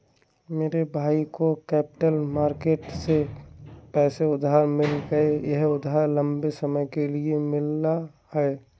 मेरे भाई को कैपिटल मार्केट से पैसा उधार मिल गया यह उधार लम्बे समय के लिए मिला है